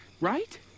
Right